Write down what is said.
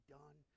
done